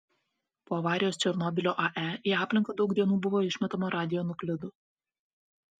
po avarijos černobylio ae į aplinką daug dienų buvo išmetama radionuklidų